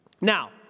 Now